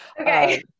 Okay